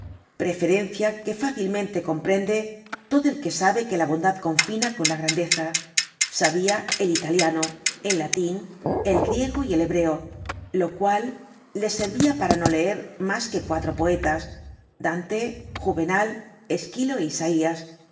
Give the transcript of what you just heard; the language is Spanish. preferencia que fácil mente comprende todo el que sabe que la bondad confina con la grandeza sabia el italiano el latin el griego y el hebreo lo cual le servia para no leer mas que cuatro poetas dante juvenal esquilo é isaías